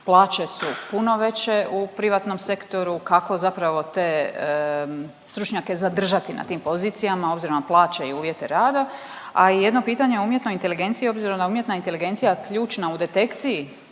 Plaće su puno veće u privatnom sektoru, kako zapravo te stručnjake zadržati na tim pozicijama, obzirom na plaće i uvjete rada, a i jedno pitanje o umjetnoj inteligenciji, s obzirom da UI je ključna u detekciji